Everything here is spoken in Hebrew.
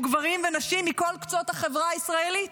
גברים ונשים מכל קצות החברה הישראלית,